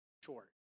short